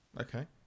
okay